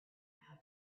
how